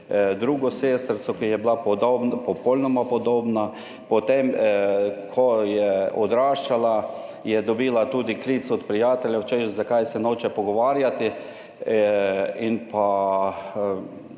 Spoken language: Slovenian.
drugo sestrico, ki ji je bila popolnoma podobna. Ko je odraščala, je dobila tudi klic prijateljev, češ zakaj se noče pogovarjati, da